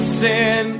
sin